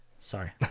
Sorry